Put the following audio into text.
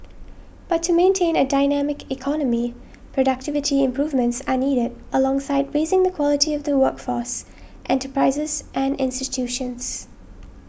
but to maintain a dynamic economy productivity improvements are needed alongside raising the quality of the workforce enterprises and institutions